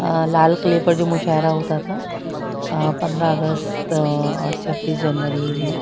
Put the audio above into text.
لال قلعے پر جو مشاعرہ ہوتا تھا پندرہ اگست چھبیس جنوری میں